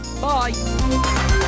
bye